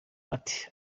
ati